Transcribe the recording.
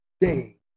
day